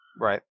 Right